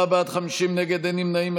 34 בעד, 50 נגד, אין נמנעים.